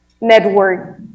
network